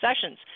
sessions